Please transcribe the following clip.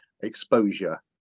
exposure